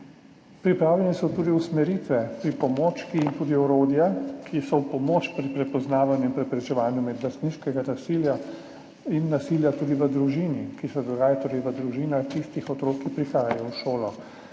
Pripravljene so tudi usmeritve, pripomočki in orodja, ki so v pomoč pri prepoznavanju in preprečevanju medvrstniškega nasilja in tudi nasilja v družini, ki se dogaja v družinah tistih otrok, ki prihajajo v šolo.